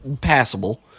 passable